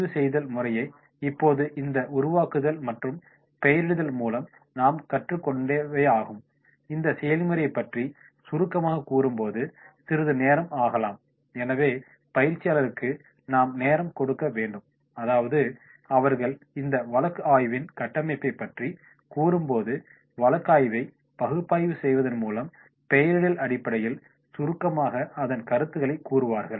பதிவு செய்தல் முறையை இப்போது இந்த உருவாக்குதல் மற்றும் பெயரிடுதல் மூலம் நாம் கற்றுக்கொண்டவையாகும் இந்த செயல்முறையைச் பற்றி சுருக்கமாகக் கூறும்போது சிறிது நேரம் ஆகலாம் எனவே பயிற்சியாளர்களுக்கு நாம் நேரம் கொடுக்க வேண்டும் அதாவது அவர்கள் இந்த வழக்கு ஆய்வின் கட்டமைப்பை பற்றி கூறும்போது வழக்காய்வை பகுப்பாய்வு செய்வதன் மூலம் பெயரிடல் அடிப்படையில் சுருக்கமாக அதன் கருத்துகளை கூறுவார்கள்